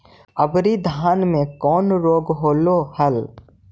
अबरि धाना मे कौन रोग हलो हल?